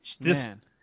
Man